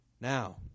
Now